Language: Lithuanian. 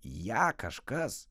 ją kažkas